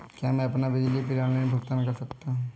क्या मैं अपना बिजली बिल ऑनलाइन भुगतान कर सकता हूँ?